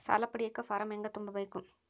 ಸಾಲ ಪಡಿಯಕ ಫಾರಂ ಹೆಂಗ ತುಂಬಬೇಕು?